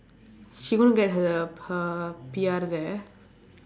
she going get her her P_R there